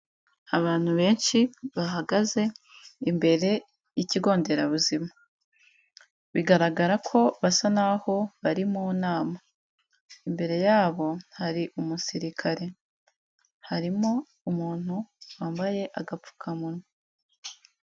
Abantu benshi bahagaze imbere y'ikigo nderabuzima bigaragara ko basa n'aho bari mu nama, imbere yabo hari umusirikare harimo umuntu wambaye agapfukamunwa.